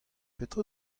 petra